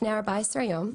לפני 14 יום,